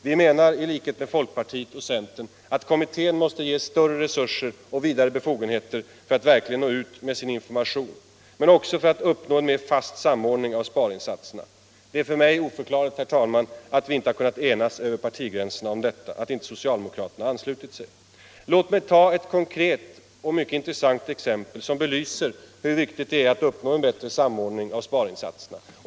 Vi menar — i likhet med folkpartiet och centern — att kommittén måste ges större resurser och vidare befogenheter för att verkligen nå ut med sin information, men också för att uppnå en mera fast samordning av sparinsatserna. Det är för mig oförklarligt, herr talman, att vi inte har kunnat enas över partigränserna om detta, att inte socialdemokraterna har anslutit sig. Låt mig ta ett konkret och mycket intressant exempel som belyser hur viktigt det är att uppnå en bättre samordning av sparinsatserna.